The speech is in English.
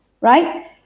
right